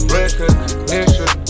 recognition